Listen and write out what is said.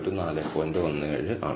17 ആണ്